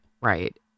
right